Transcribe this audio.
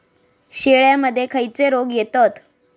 शेळ्यामध्ये खैचे रोग येतत?